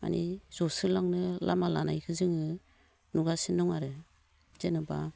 माने जसोलांनो लामा लानायखौ जोङो नुगासिनो दं आरो जेनेबा